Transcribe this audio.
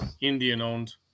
Indian-owned